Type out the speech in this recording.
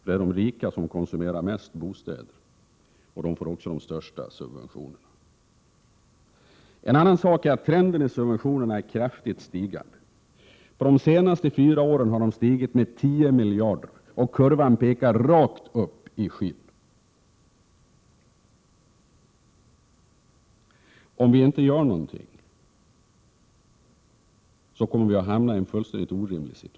Det är de rika som konsumerar mest bostäder, och de får också de största subventionerna. En annan sak är att trenden i fråga om subventionerna är kraftigt stigande. På de senaste fyra åren har subventionerna stigit med 10 miljarder, och kurvan pekar rakt upp i skyn. Om ingenting görs kommer situationen att bli fullständigt orimlig.